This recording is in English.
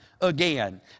again